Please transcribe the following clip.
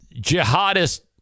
jihadist